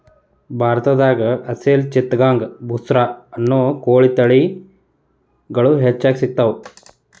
ಭಾರತದಾಗ ಅಸೇಲ್ ಚಿತ್ತಗಾಂಗ್ ಬುಸ್ರಾ ಅನ್ನೋ ಕೋಳಿ ತಳಿಗಳು ಹೆಚ್ಚ್ ಸಿಗತಾವ